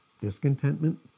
Discontentment